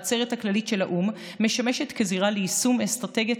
העצרת הכללית של האו"ם משמשת כזירה ליישום אסטרטגיית